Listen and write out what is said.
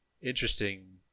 interesting